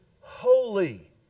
holy